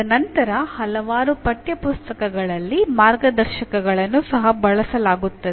ತದನಂತರ ಹಲವಾರು ಪಠ್ಯಪುಸ್ತಕಗಳಲ್ಲಿ ಮಾರ್ಗದರ್ಶಕಗಳನ್ನು ಸಹ ಬಳಸಲಾಗುತ್ತದೆ